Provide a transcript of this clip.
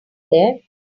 there